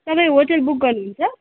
तपाईँ hotel book गर्नुहुन्छ